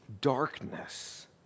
darkness